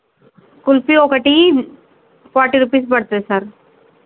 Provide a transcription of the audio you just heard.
కుల్ఫీ ఒకటి forty rupees పడుతుంది sir